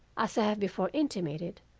as i have before intimated,